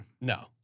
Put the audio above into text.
No